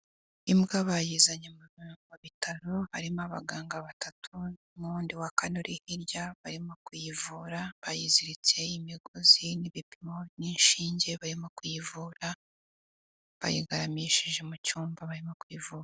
Imbwa bayizanye mu bitaro harimo abaganga batatu n'uwundi wa kabiri hirya, barimo kuyivura bayiziritse imigozi n'ibipimo n'inshinge barimo kuyivura, bayigaramishije mu cyumba barimo kuyivura.